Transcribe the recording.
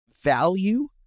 value